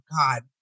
God